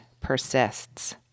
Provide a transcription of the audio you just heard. persists